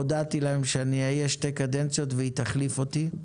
והודעתי להם שאני אאייש שתי קדנציות והיא תחליף אותי.